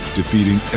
defeating